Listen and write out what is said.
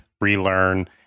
relearn